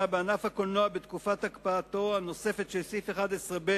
בענף הקולנוע בתקופת הקפאתו הנוספת של סעיף 11(ב)